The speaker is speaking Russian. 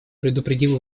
предупредил